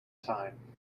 time